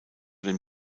den